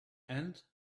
and